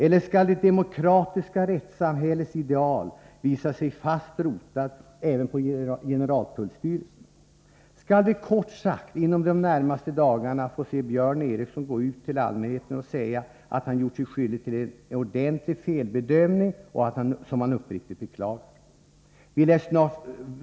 Eller skall det demokratiska rättssamhällets ideal visa sig fast rotat även på generaltullstyrelsen; skall vi kort sagt inom de närmaste dagarna få se Björn Eriksson gå ut till allmänheten och säga att han gjort sig skyldig till en ordentlig felbedömning som han uppriktigt beklagar?